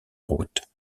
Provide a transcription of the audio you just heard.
route